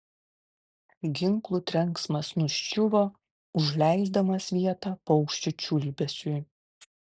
ginklų trenksmas nuščiuvo užleisdamas vietą paukščių čiulbesiui